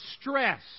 stress